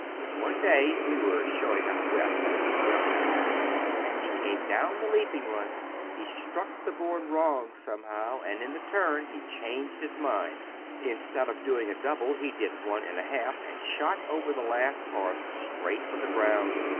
but one day we were showing out west with the reynolds circus as he came down the leaping-run he struck the board wrong, somehow, and in the turn he changed his mind instead of doing a double he did one and a half and shot over the last horse straight for the ground,